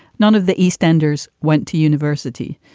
none of the eastenders went to university.